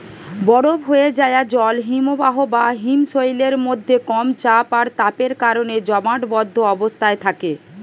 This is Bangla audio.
বরফ হোয়ে যায়া জল হিমবাহ বা হিমশৈলের মধ্যে কম চাপ আর তাপের কারণে জমাটবদ্ধ অবস্থায় থাকে